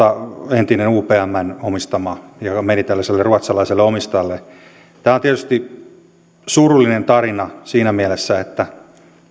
ennen upmn omistama ja joka meni tällaiselle ruotsalaiselle omistajalle on tietysti surullinen tarina siinä mielessä että